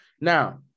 Now